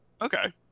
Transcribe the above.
Okay